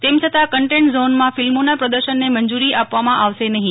તેમ છતાં કન્ટેન્ટ ઝોનમાં ફિલ્મોના પ્રદર્શનને મંજૂરીઆપવામાં આવશે નહીં